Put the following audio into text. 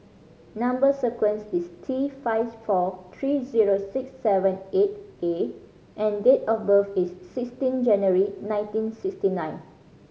number sequence is T five four three zero six seven eight A and date of birth is sixteen January nineteen sixty nine